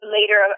Later